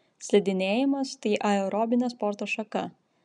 slidinėjimas tai aerobinė sporto šaka